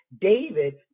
David